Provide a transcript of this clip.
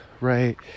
right